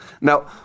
Now